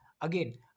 Again